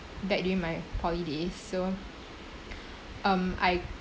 back during my poly days so um I